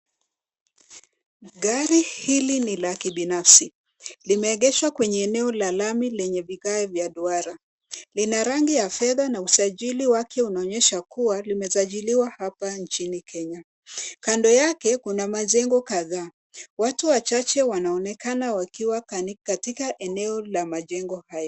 Gari hili ni lakibinafsi. Limeegeshwa kwenye eneo lami lenye vigae vya duara. Lina rangi ya fedha na usajili wake unaonyesha kuwalimesajiliwa hapa nchini Kenya. Kando yake kuna majengo kadhaa. Watu wachache wanaonekana wakiwa katika eneo la majengo haya.